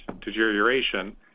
deterioration